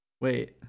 Wait